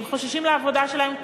הם חוששים לעבודה שלהם.